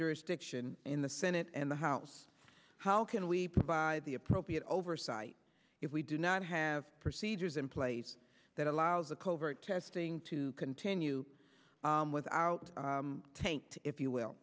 jurisdiction in the senate and the house how can we provide the appropriate oversight if we do not have procedures in place that allows the covert testing to continue without tanked if you will